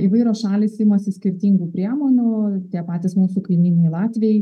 įvairios šalys imasi skirtingų priemonių tie patys mūsų kaimynai latviai